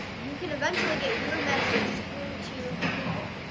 you can eventually get your message through to people.